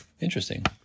Interesting